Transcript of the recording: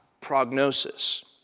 prognosis